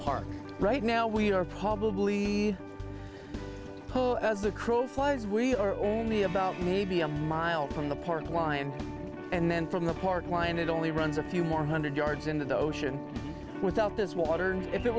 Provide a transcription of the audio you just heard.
park right now we are probably pole as the crow flies we are only about maybe a mile from the park line and then from the park wind it only runs a few more hundred yards into the ocean without this water